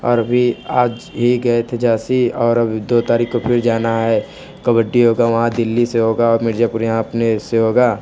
और अभी आज ही गए थे झाँसी और अब दो तारीख को फिर जाना है कबड्डी होगा वहाँ दिल्ली से होगा और मिर्जापुर यहाँ अपने से होगा